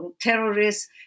terrorists